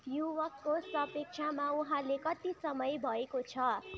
युवकको सापेक्षमा वहाँले कति समय भएको छ